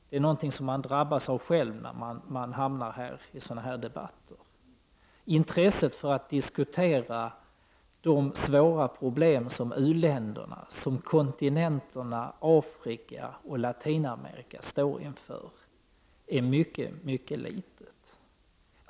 Det är något som man drabbas av själv när man hamnar i sådana debatter. Intresset för att diskutera de svåra problem som u-länderna, på kontinenterna Afrika och Latinamerika står inför, är mycket litet.